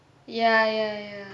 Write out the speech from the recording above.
ya ya